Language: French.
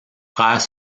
frères